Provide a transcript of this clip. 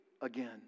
again